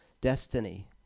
destiny